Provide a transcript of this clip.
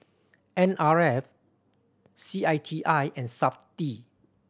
N R F C I T I and Safti